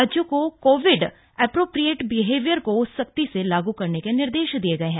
राज्यों को Covid appropriate behaviour को सख्ती से लागू करने के निर्देश दिये गए हैं